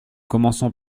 commençons